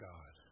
God